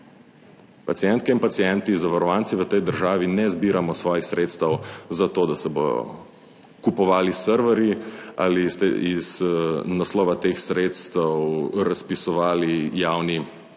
Pacientke in pacienti, zavarovanci v tej državi ne zbiramo svojih sredstev zato, da se bodo kupovali serverji. Ali ste iz naslova teh sredstev razpisovali javni razpisi